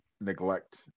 neglect